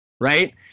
right